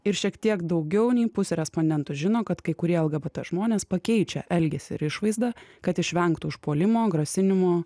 ir šiek tiek daugiau nei pusė respondentų žino kad kai kurie lgbt žmonės pakeičia elgesį ir išvaizdą kad išvengtų užpuolimo grasinimo